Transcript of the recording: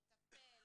לטפל,